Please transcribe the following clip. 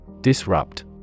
Disrupt